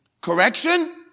Correction